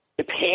Japan